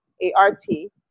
A-R-T